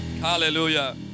hallelujah